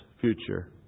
future